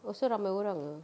also ramai orang ah